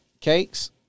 cakes